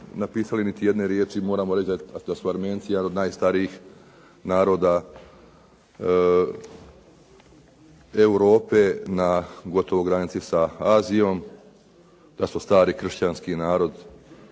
napisali niti jedne riječi, moramo reći da su Armenci jedan od najstarijih naroda Europe gotovo na granici sa Azijom, da su stari kršćanski narod,